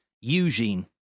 Eugene